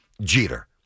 Jeter